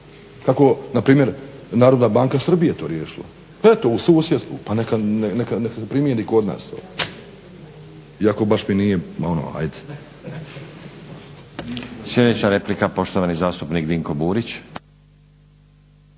kako npr. Narodna banka Srbije to riješila, eto u susjedstvu pa neka se primjeni kod nas, iako baš mi nije. **Stazić, Nenad (SDP)** Sljedeća replika, poštovani zastupnik Dinko Burić.